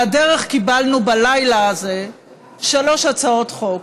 ועל הדרך קיבלנו בלילה הזה שלוש הצעות חוק: